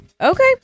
Okay